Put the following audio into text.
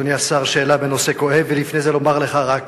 אדוני השר, שאלה בנושא כואב ולפני זה לומר לך רק,